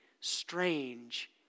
strange